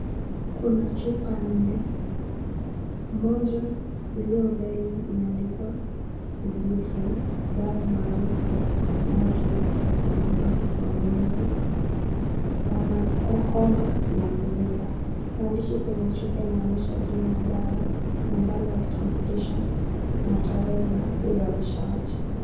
Kuna chupa nne, mmoja iliyo mbele imeandikwa ibufen , dawa maarufu inayotumiwa kupunguza maumivu, homa na kuvimba, maandishi kwenye chupa inaonyesha jinsi au jina ya dawa, mabari ya kitambulisho na tarehe ya uzalishaji.